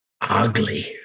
ugly